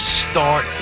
start